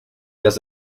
días